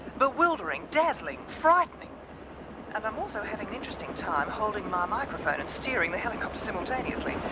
bewildering, dazzling, frightening and i'm also having an interesting time holding my microphone and steering the helicopter simultaneously.